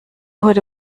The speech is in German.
heute